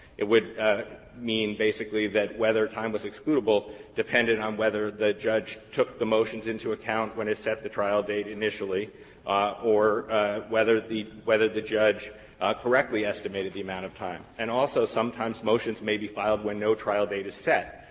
it would mean basically that whether time was excludable depended on whether the judge took the motions into account when it set the trial date initially ah or whether the, whether the judge correctly estimated the amount of time. and also sometimes motions may be filed when no trial date is set,